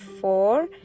four